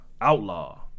Outlaw